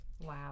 wow